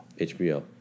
HBO